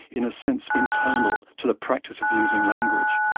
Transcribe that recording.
in a sense, internal to the practice of using language.